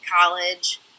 college